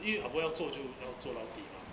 因为 ah boy 要做就做老底 mah